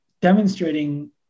demonstrating